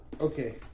Okay